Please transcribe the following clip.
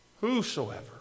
whosoever